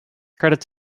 credits